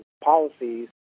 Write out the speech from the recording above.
policies